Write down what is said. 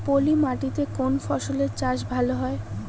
পলি মাটিতে কোন ফসলের চাষ ভালো হয়?